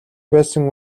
байсан